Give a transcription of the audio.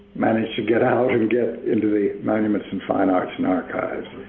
managed to get out and get into the monuments and fine arts and archives.